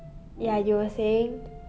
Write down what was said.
ya you were saying